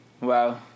Wow